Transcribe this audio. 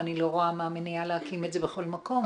אני לא רואה מה המניע להקים את זה בכל מקום.